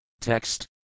Text